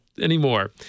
anymore